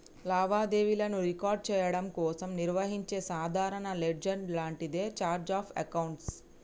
లావాదేవీలను రికార్డ్ చెయ్యడం కోసం నిర్వహించే సాధారణ లెడ్జర్ లాంటిదే ఛార్ట్ ఆఫ్ అకౌంట్స్